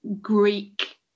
Greek